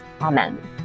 Amen